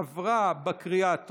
עברה בקריאה הטרומית,